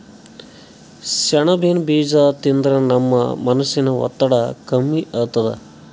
ಸೆಣಬಿನ್ ಬೀಜಾ ತಿಂದ್ರ ನಮ್ ಮನಸಿನ್ ಒತ್ತಡ್ ಕಮ್ಮಿ ಆತದ್